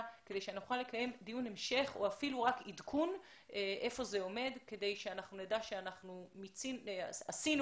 - או אפילו רק עדכון היכן זה עומד כדי שנדע שאנחנו עשינו